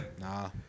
Nah